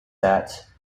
that